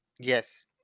Yes